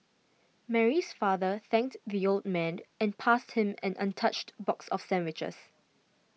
Mary's father thanked the old man and passed him an untouched box of sandwiches